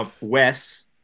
Wes